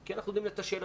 כי אנחנו יודעים לתשאל,